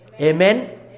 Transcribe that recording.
Amen